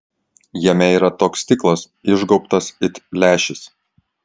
jame yra toks stiklas išgaubtas it lęšis